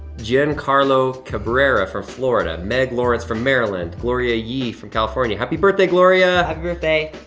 giancarlo cabrera from florida, meg lawrence from maryland. gloria yi from california, happy birthday, gloria. happy birthday.